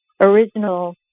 original